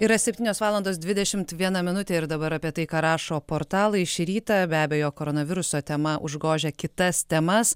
yra septynios valandos dvidešimt viena minutė ir dabar apie tai ką rašo portalai šį rytą be abejo koronaviruso tema užgožia kitas temas